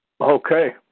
Okay